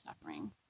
suffering